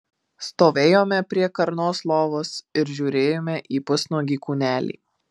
stovėjome prie karnos lovos ir žiūrėjome į pusnuogį kūnelį